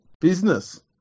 Business